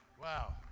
Wow